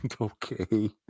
Okay